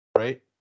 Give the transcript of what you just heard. right